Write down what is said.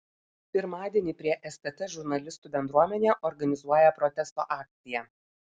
pirmadienį prie stt žurnalistų bendruomenė organizuoja protesto akciją